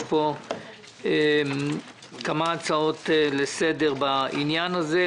יש כמה הצעות לסדר בעניין הזה.